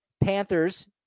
Panthers